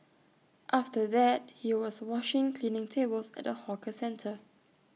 after that he was washing cleaning tables at A hawker centre